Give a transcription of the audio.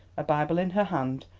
a bible in her hand,